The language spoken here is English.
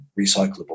recyclable